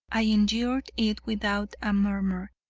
i endured it without a murmur,